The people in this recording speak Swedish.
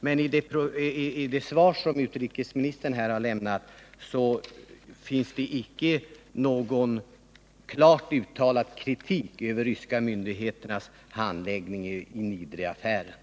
Men i det svar som utrikesministern har lämnat finns icke någon klart uttalad kritik mot de ryska myndigheternas handläggning av Niedreaffären.